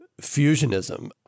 fusionism